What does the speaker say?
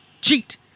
Cheat